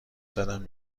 زدم